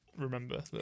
remember